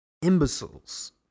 Imbeciles